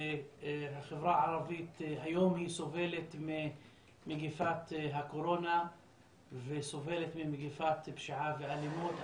החברה הערבית היום סובלת ממגפת הקורונה וסובלת ממגפת פשיעה ואלימות,